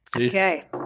Okay